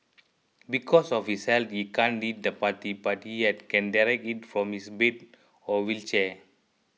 because of his health he can't lead the party but he can direct it from his bed or wheelchair